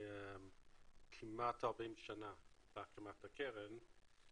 כמעט 40 שנה להקמת הקרן.